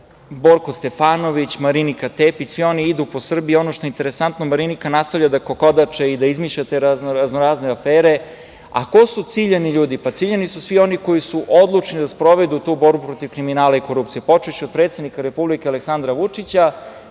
Borko Stefanović, Marinika Tepić, svi oni idu po Srbiji i ono što je interesantno Marinika nastavlja da kokodače i da izmišlja te raznorazne afere, a ko su ciljani ljudi? Pa, ciljani su svi oni koji su odlučni da sprovedu tu borbu protiv kriminala i korupcije, počevši od predsednika Republike Aleksandra Vučića,